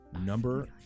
Number